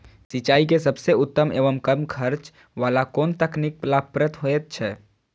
सिंचाई के सबसे उत्तम एवं कम खर्च वाला कोन तकनीक लाभप्रद होयत छै?